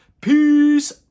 Peace